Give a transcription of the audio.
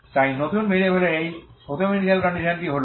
তাই নতুন ভেরিয়েবলের এই প্রথম ইনিশিয়াল কন্ডিশনসটি হল